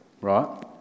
right